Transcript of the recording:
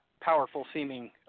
powerful-seeming